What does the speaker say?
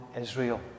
Israel